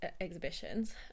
exhibitions